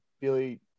Billy